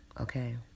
okay